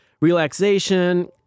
relaxation